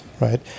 right